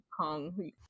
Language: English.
Kong